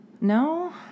No